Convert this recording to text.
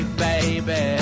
baby